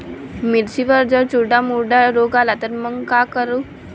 मिर्चीवर जर चुर्डा मुर्डा रोग आला त मंग का करू?